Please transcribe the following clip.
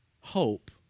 hope